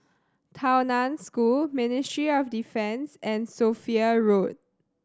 Tao Nan School Ministry of Defence and Sophia Road